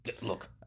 Look